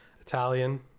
Italian